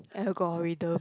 at corridor